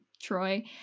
Troy